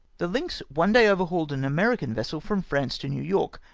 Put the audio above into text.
the lynx one day overhauled an american vessel from france to new york,